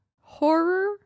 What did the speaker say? horror